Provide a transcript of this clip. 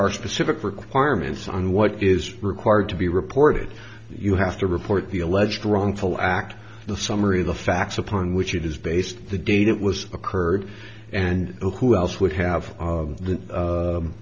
are specific requirements on what is required to be reported you have to report the alleged wrongful act the summary of the facts upon which it is based the date it was occurred and who else would have